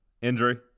injury